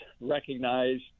recognized